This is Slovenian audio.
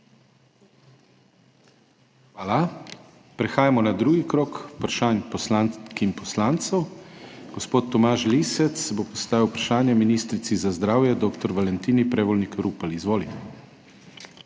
Hvala. Prehajamo na drugi krog vprašanj poslank in poslancev. Gospod Tomaž Lisec bo postavil vprašanje ministrici za zdravje dr. Valentini Prevolnik Rupel. Izvoli.